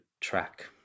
track